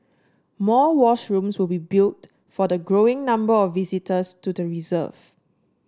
more washrooms will be built for the growing number of visitors to the reserve